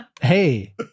hey